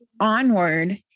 Onward